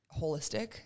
holistic